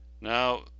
Now